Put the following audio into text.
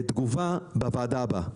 תגובה בוועדה הבאה.